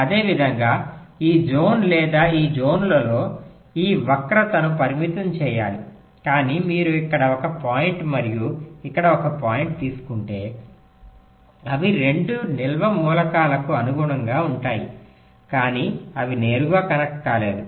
అదేవిధంగా ఈ జోన్ లేదా ఈ జోన్లో ఈ వక్రతను పరిమితం చేయాలి కానీ మీరు ఇక్కడ ఒక పాయింట్ మరియు ఇక్కడ ఒక పాయింట్ తీసుకుంటే అవి 2 నిల్వ మూలకాలకు అనుగుణంగా ఉంటాయి కానీ అవి నేరుగా కనెక్ట్ కాలేదు